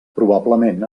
probablement